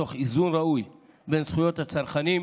תוך איזון ראוי בין זכויות הצרכנים